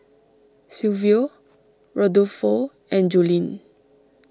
Silvio Rodolfo and Joline